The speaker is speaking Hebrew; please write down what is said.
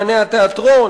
אמני התיאטרון,